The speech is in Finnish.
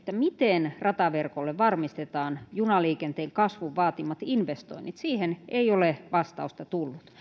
miten rataverkolle varmistetaan junaliikenteen kasvun vaatimat investoinnit ei ole vastausta tullut